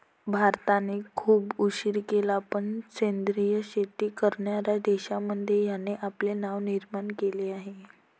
भारताने खूप उशीर केला पण सेंद्रिय शेती करणार्या देशांमध्ये याने आपले नाव निर्माण केले आहे